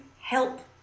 help